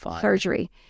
surgery